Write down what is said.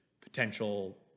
potential